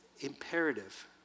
imperative